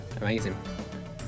Amazing